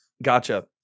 Gotcha